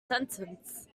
sentence